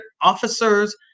officers